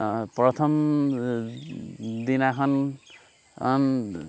প্ৰথম দিনাখন